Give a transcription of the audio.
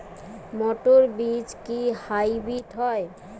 মটর বীজ কি হাইব্রিড হয়?